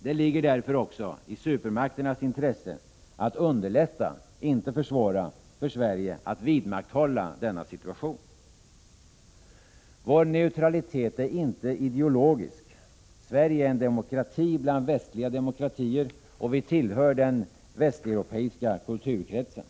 Det ligger därför också i supermakternas intresse att underlätta, inte försvåra, för Sverige att vidmakthålla denna situation. Vår neutralitet är inte ideologisk. Sverige är en demokrati bland västliga Prot. 1986/87:89 «demokratier och vi tillhör den västeuropeiska kulturkretsen.